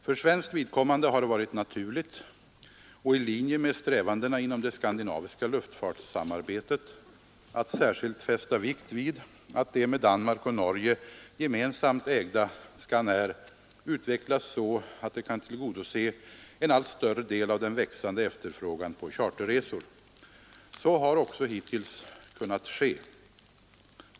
För svenskt vidkommande har det varit naturligt och i linje med strävandena inom det skandinaviska luftfartssamarbetet att särskilt fästa vikt vid att det med Danmark och Norge gemensamt ägda Scanair utvecklas så att det kan tillgodose en allt större del av den växande efterfrågan på charterresor. Så har också hittills kunnat ske.